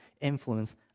influence